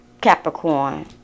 Capricorn